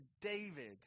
David